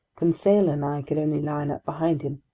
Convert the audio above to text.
conseil and i could only line up behind him.